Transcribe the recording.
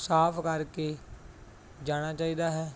ਸਾਫ ਕਰਕੇ ਜਾਣਾ ਚਾਹੀਦਾ ਹੈ